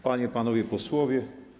Panie i Panowie Posłowie!